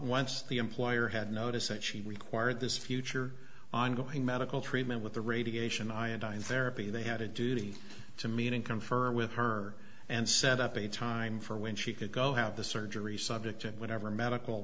once the employer had noticed that she required this future ongoing medical treatment with the radiation iodine therapy they had a duty to meet income for with her and set up a time for when she could go have the surgery subject and whatever medical